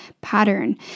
pattern